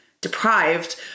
deprived